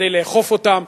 כדי לאכוף אותם,